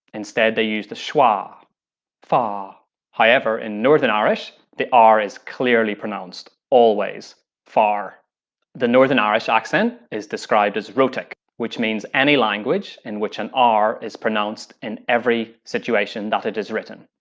instead they use the schwa far however, in northern irish, the r is clearly pronounced, always far the northern irish accent is described as rhotic, which means any language in which an r is pronounced in every situation that it is written.